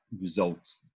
results